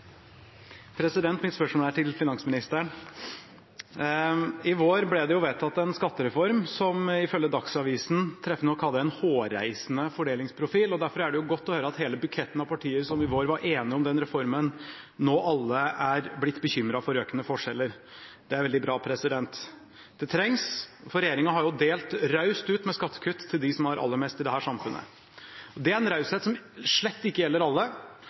til finansministeren. I vår ble det vedtatt en skattereform som ifølge Dagsavisen treffende nok hadde en hårreisende fordelingsprofil. Derfor er det godt å høre at hele buketten av partier som i vår var enige om den reformen, nå alle er blitt bekymret for økende forskjeller. Det er veldig bra. Det trengs, for regjeringen har jo delt raust ut med skattekutt til dem som har aller mest i dette samfunnet. Det er en raushet som slett ikke gjelder alle.